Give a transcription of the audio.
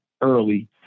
early